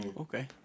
Okay